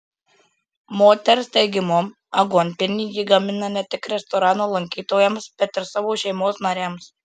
moters teigimu aguonpienį ji gamina ne tik restorano lankytojams bet ir savo šeimos nariams